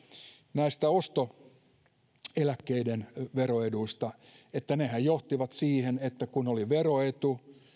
näistä ostoeläkkeiden veroeduista niin nehän johtivat siihen että kun oli veroetu